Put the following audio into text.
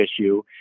issue